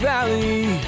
Valley